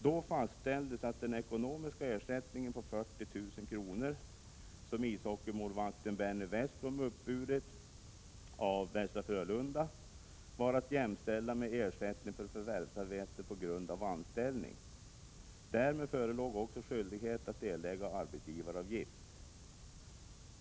Då fastställdes att den ekonomiska ersättning på 40 000 kr. som ishockeymål vakten Benny Westblom uppburit av Västra Frölunda var att jämställa med ersättning för förvärvsarbete på grund av anställning. Därmed förelåg också skyldighet att erlägga arbetsgivaravgifter.